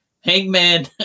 Hangman